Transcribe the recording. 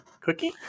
Cookie